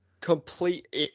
complete